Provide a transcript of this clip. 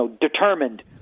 determined